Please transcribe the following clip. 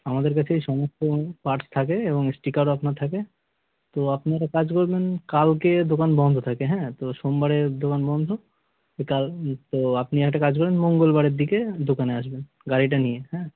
আমাদের কাছেই সমস্ত পার্টস থাকে এবং স্টিকারও আপনার থাকে তো আপনি একটা কাজ করবেন কালকে দোকান বন্ধ থাকে হ্যাঁ তো সোমবারে দোকান বন্ধ ওই কাল তো আপনি একটা কাজ করবেন মঙ্গলবারের দিকে দোকানে আসবেন গাড়িটা নিয়ে হ্যাঁ